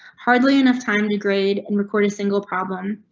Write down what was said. hardly enough time to grade and recorded single problem.